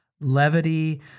levity